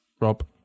Rob